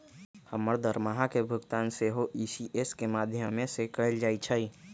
हमर दरमाहा के भुगतान सेहो इ.सी.एस के माध्यमें से कएल जाइ छइ